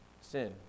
sin